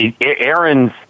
Aaron's